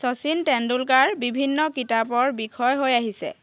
শচীন তেণ্ডুলকাৰ বিভিন্ন কিতাপৰ বিষয় হৈ আহিছে